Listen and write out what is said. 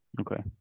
Okay